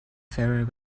very